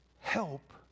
Help